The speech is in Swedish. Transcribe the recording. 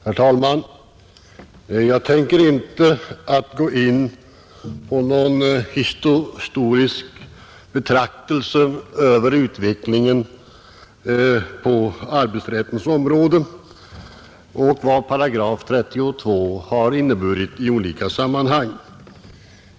Herr talman! Jag tänker inte gå in på någon historisk betraktelse över utvecklingen på arbetsrättens område och vad § 32 har inneburit i olika sammanhang.